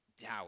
doubt